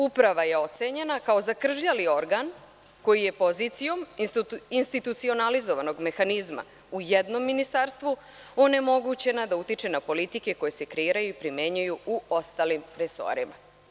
Uprava je ocenjena kao zakržljali organ koji je pozicijom institucionalizovanog mehanizma u jednom ministarstvu onemogućena da utiče na politike koje se kreiraju i primenjuju u ostalim resorima.